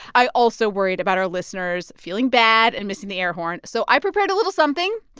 i also worried about our listeners feeling bad and missing the air horn, so i prepared a little something,